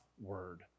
Word